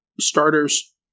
starters